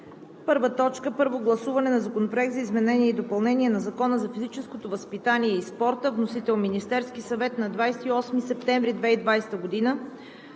2020 г.: „1. Първо гласуване на Законопроекта за изменение и допълнение на Закона за физическото възпитание и спорта. Вносител – Министерският съвет на 28 септември 2020 г.